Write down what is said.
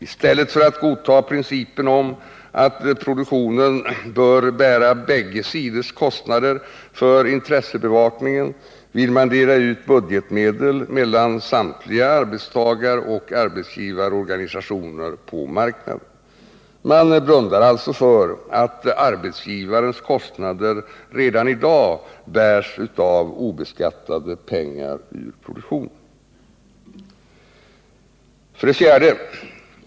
I stället för att godta principen om att produktionen bör bära bägge sidors kostnader för intressebevakningen vill man dela ut budgetmedel mellan samtliga arbetstagaroch arbetsgivarorganisationer på marknaden. Man blundar alltså för att arbetsgivarnas kostnader redan i dag bärs av obeskattade pengar ur produktionen. 4.